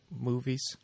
movies